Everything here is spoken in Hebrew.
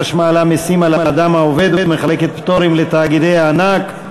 שמעלה מסים על האדם העובד ומחלקת פטורים לתאגידי הענק.